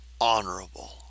honorable